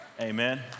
amen